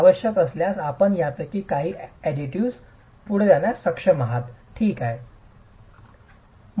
आवश्यक असल्यास आपण यापैकी काही अॅडिटिव्ह्जसह पुढे जाण्यास सक्षम आहात ठीक आहे